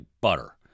butter